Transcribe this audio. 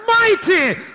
mighty